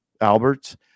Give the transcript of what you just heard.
Alberts